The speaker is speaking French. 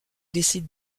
décide